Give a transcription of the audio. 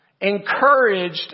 encouraged